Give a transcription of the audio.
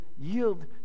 yield